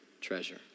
treasure